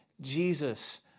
Jesus